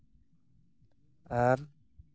ᱟᱨ